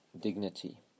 dignity